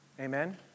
Amen